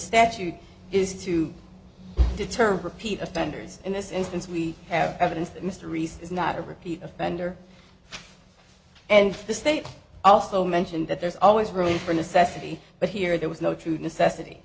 statute is to deter repeat offenders in this instance we have evidence that mr aris is not a repeat offender and the state also mentioned that there's always room for necessity but here there was no true necessity